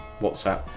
WhatsApp